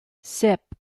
sep